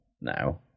now